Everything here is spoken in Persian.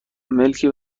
ملکی